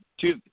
Two